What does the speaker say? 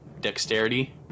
dexterity